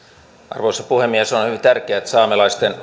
arvoisa puhemies on hyvin tärkeää että saamelaisten